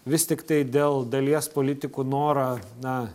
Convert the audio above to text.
vis tiktai dėl dalies politikų noro na